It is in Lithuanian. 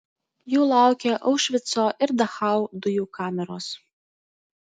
jų laukė aušvico ir dachau dujų kameros